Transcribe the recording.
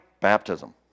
baptism